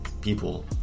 people